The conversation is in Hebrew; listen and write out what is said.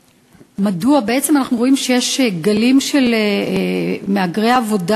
מדוע בעצם אנחנו רואים שיש גלים של מהגרי עבודה